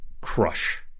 crush